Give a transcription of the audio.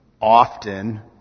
often